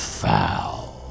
foul